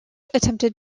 attempted